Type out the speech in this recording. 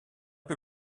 peu